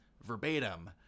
verbatim